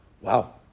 Wow